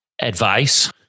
advice